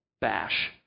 bash